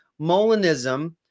Molinism